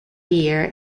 year